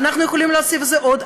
ואנחנו יכולים להוסיף על זה עוד.